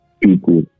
people